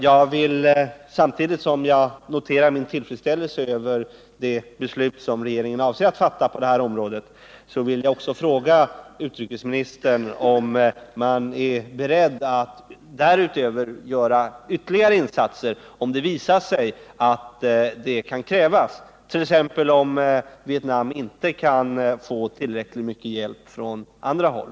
Jag noterar alltså med tillfredsställelse det beslut som regeringen avser att fatta i denna fråga. Men jag vill samtidigt också fråga utrikesministern om regeringen är beredd att därutöver göra ytterligare insatser om sådana skulle visa sig vara nödvändiga, t.ex. om Vietnam inte kan få tillräcklig hjälp från annat håll.